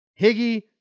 Higgy